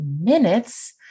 minutes